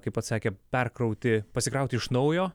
kaip atsakė perkrauti pasikrauti iš naujo